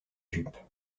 jupe